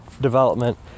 development